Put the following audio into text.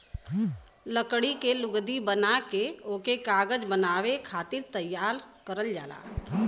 लकड़ी के लुगदी बना के ओके कागज बनावे खातिर तैयार करल जाला